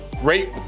Great